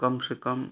कम से कम